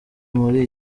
muri